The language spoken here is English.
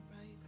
right